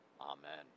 Amen